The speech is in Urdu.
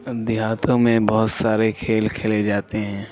دیہاتوں میں بہت سارے کھیل کھیلے جاتے ہیں